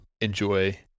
enjoy